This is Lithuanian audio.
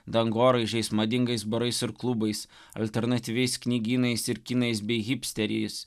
dangoraižiais madingais barais ir klubais alternatyviais knygynais ir kinais bei hipsteriais